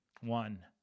One